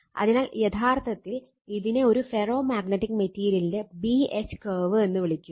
അതിനാൽ യഥാർത്ഥത്തിൽ ഇതിനെ ഒരു ഫെറോ മാഗ്നറ്റിക് മെറ്റീരിയലിന്റെ B H കർവ് എന്ന് വിളിക്കുന്നു